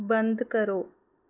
ਬੰਦ ਕਰੋ